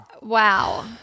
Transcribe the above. Wow